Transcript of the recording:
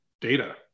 data